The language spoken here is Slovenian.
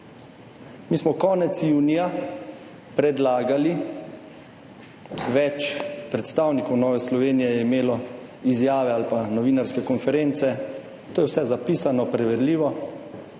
Mi smo konec junija predlagali, več predstavnikov Nove Slovenije je imelo izjave ali pa novinarske konference, to je vse zapisano, preverljivo,